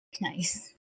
Nice